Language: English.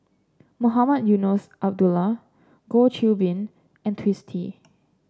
Mohamed Eunos Abdullah Goh Qiu Bin and Twisstii